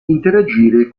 interagire